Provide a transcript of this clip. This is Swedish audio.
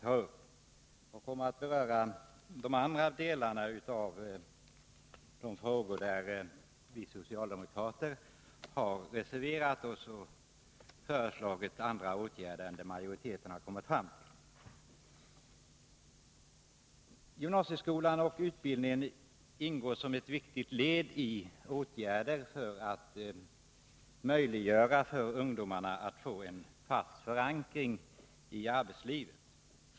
I stället skall jag beröra de andra frågor där vi socialdemokrater har reserverat oss och föreslagit andra åtgärder än majoriteten. Gymnasieskolan ingår som ett viktigt led i åtgärderna att möjliggöra för ungdomarna att få en fast förankring i arbetslivet.